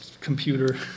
computer